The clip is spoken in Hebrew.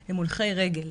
הם הולכי רגל,